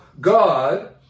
God